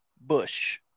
Bush